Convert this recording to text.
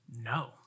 no